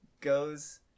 goes